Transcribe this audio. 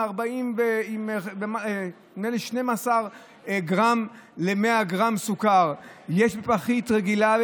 נדמה לי 12 גרם סוכר ל-100 גרם יש בפחית רגילה,